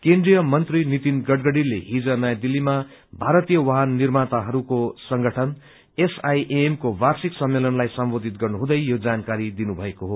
केन्ट्रीय मन्त्री नितिन गडकरीले हिज नयाँ दिल्लीमा भारतीय वाहन निर्माताहरूको संगठन एसआईएएम को वार्षिक सम्मेलनलाई सम्बोधित गर्नुहुँदै यो जानकारी दिनुभएको हो